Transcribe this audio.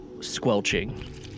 squelching